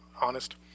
honest